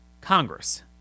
Congress